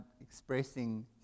expressing